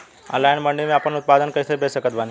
Online मंडी मे आपन उत्पादन कैसे बेच सकत बानी?